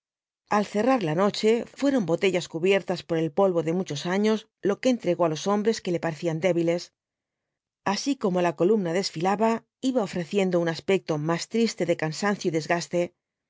al cerrar la noche fueron botellas cubiertas por el polvo de muchos años lo que entregó á los hombres que le parecían débiles así como la columna desfilaba iba ofreciendo un aspecto más triste de cansancio y desgaste